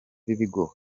b’ibigo